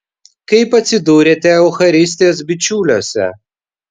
kaip atsidūrėte eucharistijos bičiuliuose